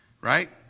Right